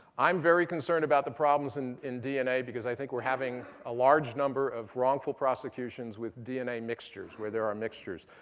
i'm very concerned about the problems and in dna, because i think we're having a large number of wrongful prosecutions with dna mixtures, where there are mixtures,